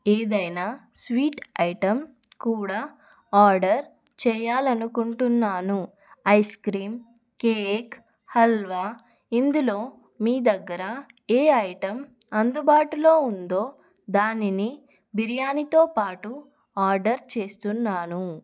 ఏదైనా sweet item కూడా order చేయాలి అనుకుంటున్నాను ఐస్ క్రీం కేక్ హల్వా ఇందులో మీ దగ్గర ఏ ఐటమ్ అందుబాటులో ఉందో దానిని బిర్యానీతో పాటు ఆర్డర్ చేస్తున్నాను